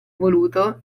voluto